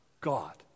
God